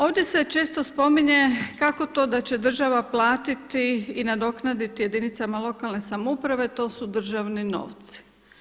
Ovdje se često spominje kako to da će država platiti i nadoknaditi jedinicama lokalne samouprave to su državni novci.